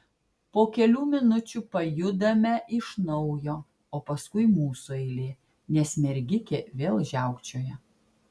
po kelių minučių pajudame iš naujo o paskui mūsų eilė nes mergikė vėl žiaukčioja